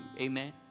amen